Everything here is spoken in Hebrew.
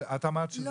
אנחנו לא